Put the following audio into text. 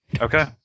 Okay